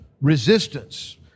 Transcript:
resistance